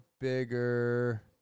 bigger